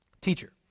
Teacher